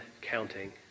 counting